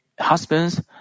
husbands